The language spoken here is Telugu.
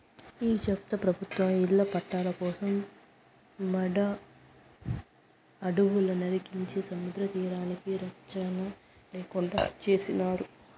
ఈ చెత్త ప్రభుత్వం ఇళ్ల పట్టాల కోసం మడ అడవులు నరికించే సముద్రతీరానికి రచ్చన లేకుండా చేసినారు